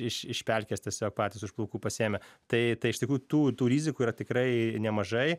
iš iš pelkės tiesiog patys už plaukų pasiėmę tai tai iš tikrųjų tų tų rizikų yra tikrai nemažai